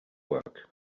work